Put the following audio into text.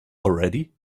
already